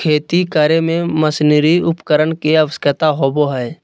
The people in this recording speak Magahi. खेती करे में मशीनरी उपकरण के आवश्यकता होबो हइ